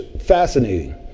fascinating